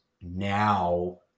now